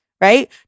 right